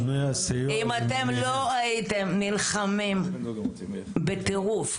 אם אתם לא הייתם נלחמים בטירוף,